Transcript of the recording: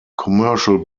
commercial